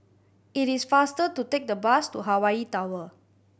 it is faster to take the bus to Hawaii Tower